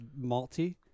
Malty